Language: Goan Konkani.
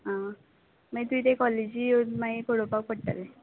आ माय तुंयें तें कॉलेजी येवन मागीर पळोपाक पडटलें